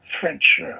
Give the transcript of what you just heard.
french